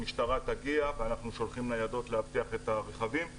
המשטרה תגיע ואנחנו שולחים ניידות לאבטח את הרכבים,